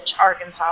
Arkansas